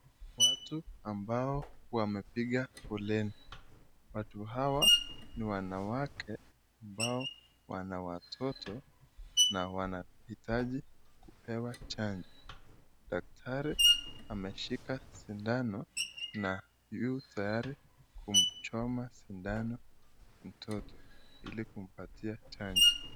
Watu ambao wamepiga foleni, watu hawa ni wanawake ambao wana watoto na wanahitaji kupewa chanjo, daktari ameshika sindano na yu tayari kumchoma sindano mtoto ili kumpatia chanjo.